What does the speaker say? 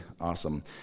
awesome